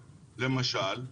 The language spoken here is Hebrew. למשל.